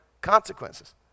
consequences